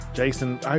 Jason